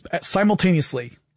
simultaneously